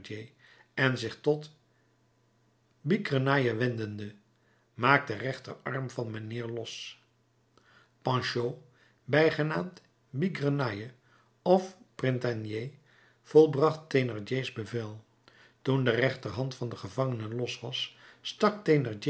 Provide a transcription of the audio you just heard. en zich tot bigrenaille wendende maak den rechterarm van mijnheer los panchaud genaamd bigrenaille of printanier volbracht thénardiers bevel toen de rechterhand van den gevangene los was stak